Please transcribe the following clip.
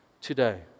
today